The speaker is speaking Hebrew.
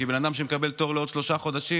כי בן אדם שמקבל תור לעוד שלושה חודשים,